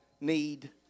need